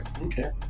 Okay